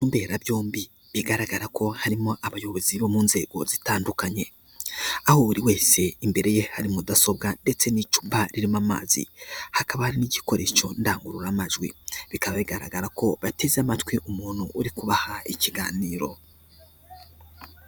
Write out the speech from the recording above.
Imberabyombi bigaragara ko harimo abayobozi bo mu nzego zitandukanye, aho buri wese imbere ye hari mudasobwa ndetse n'icupa ririmo amazi, hakaba hari n'igikoresho ndangururamajwi bikaba bigaragara ko bateze amatwi umuntu uri kubaha ikiganiro.